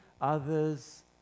others